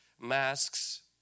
masks